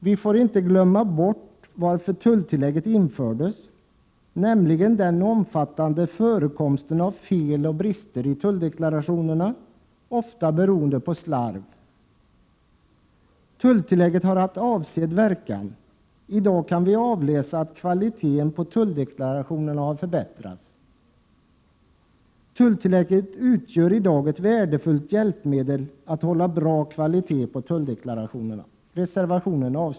Vi får inte glömma bort att tulltillägget infördes med anledning av den omfattande förekomsten av fel och brister i tulldeklarationerna, ofta beroende på slarv. Tulltillägget har haft avsedd verkan. I dag kan vi avläsa att kvaliteten på tulldeklarationerna har förbättrats. Tulltillägget utgör ett värdefullt hjälpmedel att hålla bra kvalitet på tulldeklarationerna.